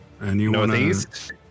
Northeast